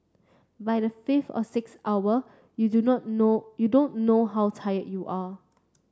by the fifth or sixth hour you do not know you don't know how tired you are